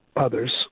others